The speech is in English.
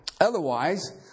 Otherwise